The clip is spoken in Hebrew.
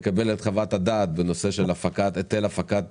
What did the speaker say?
לקבל את חוות הדעת בנושא של היטל הפקת